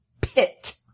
Pit